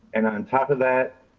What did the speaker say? and on top of that,